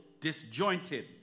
disjointed